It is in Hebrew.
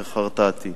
ערך הרתעתי.